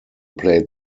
played